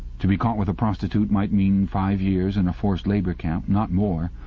to be caught with a prostitute might mean five years in a forced-labour camp not more,